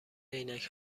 عینک